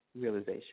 realization